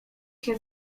się